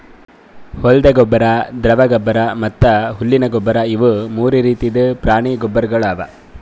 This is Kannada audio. ಹೊಲ್ದ ಗೊಬ್ಬರ್, ದ್ರವ ಗೊಬ್ಬರ್ ಮತ್ತ್ ಹುಲ್ಲಿನ ಗೊಬ್ಬರ್ ಇವು ಮೂರು ರೀತಿದ್ ಪ್ರಾಣಿ ಗೊಬ್ಬರ್ಗೊಳ್ ಅವಾ